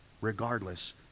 Regardless